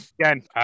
Again